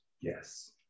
Yes